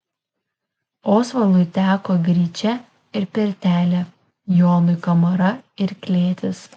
osvaldui teko gryčia ir pirtelė jonui kamara ir klėtis